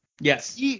Yes